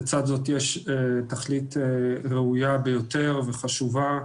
לצד זאת יש תכלית ראויה ביותר וחשובה,